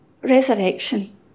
Resurrection